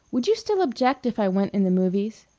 would you still object if i went in the movies?